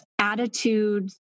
attitude